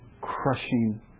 crushing